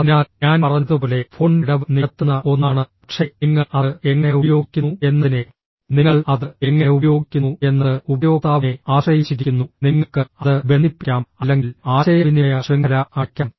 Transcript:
അതിനാൽ ഞാൻ പറഞ്ഞതുപോലെ ഫോൺ വിടവ് നികത്തുന്ന ഒന്നാണ് പക്ഷേ നിങ്ങൾ അത് എങ്ങനെ ഉപയോഗിക്കുന്നു എന്നതിനെ നിങ്ങൾ അത് എങ്ങനെ ഉപയോഗിക്കുന്നു എന്നത് ഉപയോക്താവിനെ ആശ്രയിച്ചിരിക്കുന്നു നിങ്ങൾക്ക് അത് ബന്ധിപ്പിക്കാം അല്ലെങ്കിൽ ആശയവിനിമയ ശൃംഖല അടയ്ക്കാം